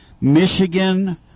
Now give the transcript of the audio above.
Michigan